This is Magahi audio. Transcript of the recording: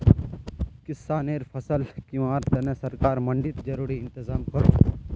किस्सानेर फसल किंवार तने सरकार मंडित ज़रूरी इंतज़ाम करोह